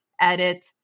edit